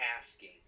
asking